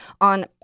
on